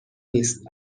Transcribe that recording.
نیست